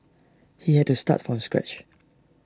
he had to start from scratch